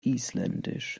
isländisch